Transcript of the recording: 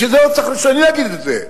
בשביל זה לא צריך שאני אגיד את זה,